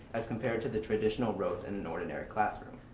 as compared to the traditional rows in an ordinary classroom.